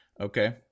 okay